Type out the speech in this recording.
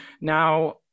Now